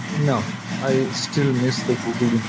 no. i still miss the google